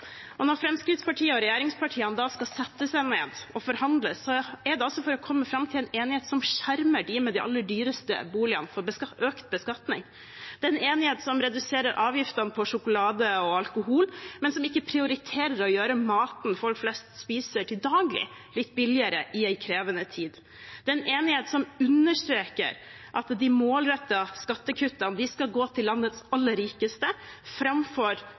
Når Fremskrittspartiet og regjeringspartiene skal sette seg ned og forhandle, er det for å komme fram til en enighet som skjermer dem med de aller dyreste boligene for økt beskatning. Det er en enighet som reduserer avgiftene på sjokolade og alkohol, men som ikke prioriterer å gjøre maten folk flest spiser til daglig, litt billigere i en krevende tid. Det er en enighet som understreker at de målrettede skattekuttene skal gå til landets aller rikeste framfor